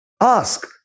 Ask